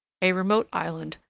a remote island,